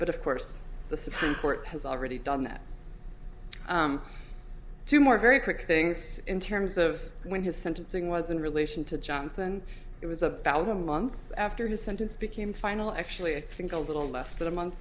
but of course the supreme court has already done two more very quick things in terms of when his sentencing was in relation to johnson it was a valve a month after his sentence became final actually i think a little less than a month